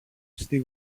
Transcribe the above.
στη